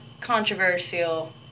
controversial